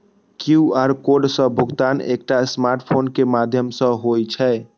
QR code सं भुगतान एकटा स्मार्टफोन के माध्यम सं होइ छै